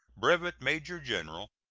brevet major-general,